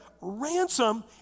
ransom